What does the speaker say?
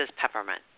peppermint